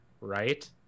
right